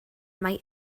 mai